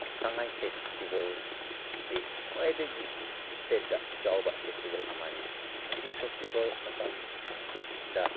ꯁꯉꯥꯏ ꯐꯦꯁꯇꯤꯕꯦꯜꯗꯤ ꯈ꯭ꯋꯥꯏꯗꯒꯤ ꯏꯁꯇꯦꯠꯇ ꯆꯥꯎꯕ ꯐꯦꯁꯇꯤꯕꯦꯜ ꯑꯃꯅꯤ ꯑꯁꯤ ꯐꯦꯁꯇꯤꯕꯦꯜ ꯃꯇꯝꯗ